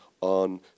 on